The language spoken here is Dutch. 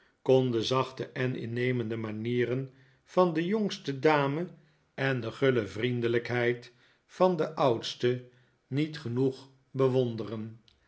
de zachte en innemende manieren van de jongste dame en de guile vriendelijkheid van de oudste niet genoeg bewonderen